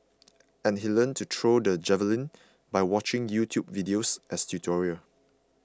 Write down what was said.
and he learnt to throw the javelin by watching YouTube videos as tutorial